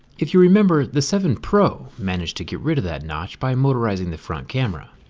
if you remember, the seven pro managed to get rid of that notch by motorizing the front camera.